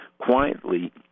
quietly